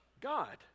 God